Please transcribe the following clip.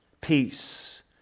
peace